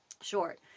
short